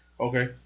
Okay